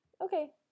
Okay